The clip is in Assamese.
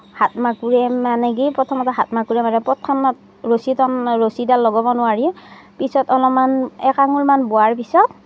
হাত মাকোৰে মানে কি প্ৰথমত ৰছী তাৰমানে ৰছীডাল লগাব নোৱাৰি পিছত অলপমান এক আঙুলমান বোৱাৰ পিছত